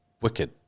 wicked